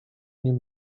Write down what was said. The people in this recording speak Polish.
nim